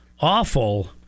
Awful